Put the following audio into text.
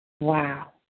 Wow